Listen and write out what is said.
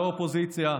לא האופוזיציה,